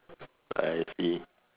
I see